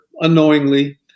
unknowingly